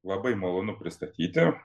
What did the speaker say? labai malonu pristatyti